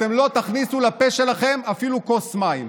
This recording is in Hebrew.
אתם לא תכניסו לפה שלכם אפילו כוס מים.